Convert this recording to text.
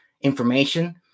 information